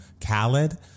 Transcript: khaled